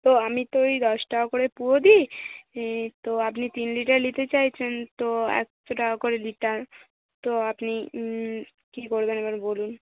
তো আমি তো ওই দশ টাকা করে পুরো দিই ই তো আপনি তিন লিটার নিতে চাইছেন তো একশো টাকা করে লিটার তো আপনি কী বলবেন এবার বলুন